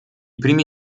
primi